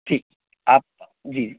ठीक आप जी